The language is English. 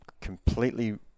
completely